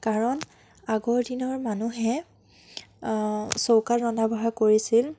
কাৰণ আগৰ দিনৰ মানুহে চৌকাত ৰন্ধা বঢ়া কৰিছিল